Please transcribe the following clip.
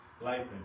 life